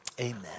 amen